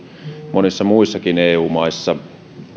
monissa muissakin eu maissa